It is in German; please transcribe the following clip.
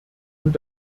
und